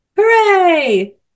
Hooray